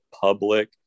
public